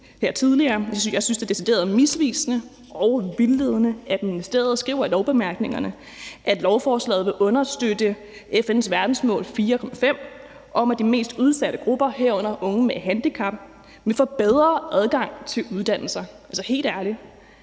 til tidligere, at jeg synes, det er decideret misvisende og vildledende, at ministeriet skriver i lovbemærkningerne, at lovforslaget vil understøtte FN's verdensmål 4.5 om, at de mest udsatte grupper, herunder unge med handicap, vil få bedre adgang til uddannelser. Altså, helt ærligt